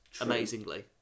amazingly